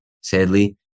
Sadly